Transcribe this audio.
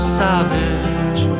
savage